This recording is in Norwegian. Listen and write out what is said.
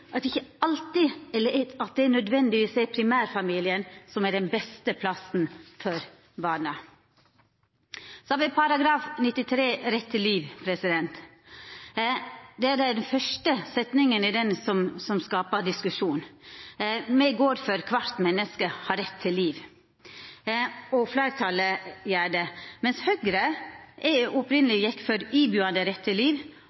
det ikkje nødvendigvis er primærfamilien som er den beste plassen for barna. Så gjeld det § 93 om rett til liv. Det er den første setninga i den paragrafen som skapar diskusjon. Me går inn for: «Kvart menneske har rett til liv.» Fleirtalet gjer dette òg. Høgre gjekk opphavleg inn for «ibuande» rett til liv.